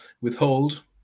withhold